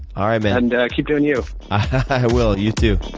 ah man. and keep doing you. i will. you too